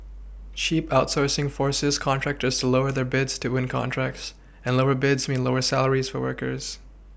cheap outsourcing forces contractors to lower their bids to win contracts and lower bids mean lower salaries for workers